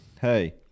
hey